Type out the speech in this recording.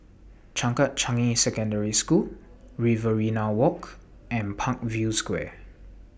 Changkat Changi Secondary School Riverina Walk and Parkview Square